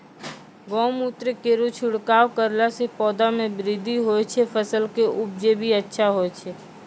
गौमूत्र केरो छिड़काव करला से पौधा मे बृद्धि होय छै फसल के उपजे भी अच्छा होय छै?